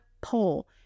poll